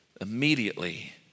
immediately